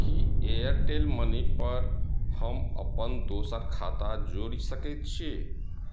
की Airtel money पर हम अपन दोसर खाता जोड़ि सकैत छी